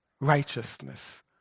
righteousness